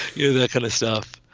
yeah that kind of stuff.